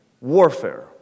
warfare